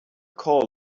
call